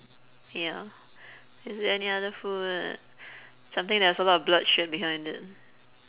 ya is there any other food something that has a lot of blood shed behind it